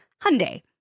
Hyundai